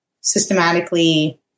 systematically